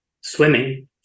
swimming